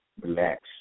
relax